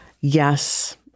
Yes